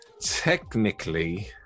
Technically